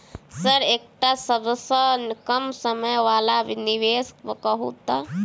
Sir एकटा सबसँ कम समय वला निवेश कहु तऽ?